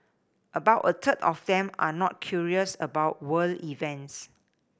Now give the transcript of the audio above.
about a third of them are not curious about world events